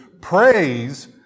praise